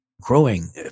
growing